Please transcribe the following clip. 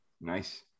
Nice